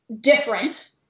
different